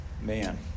man